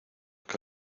que